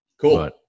cool